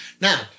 Now